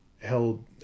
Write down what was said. held